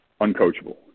uncoachable